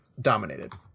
dominated